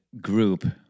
group